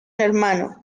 hermano